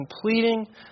completing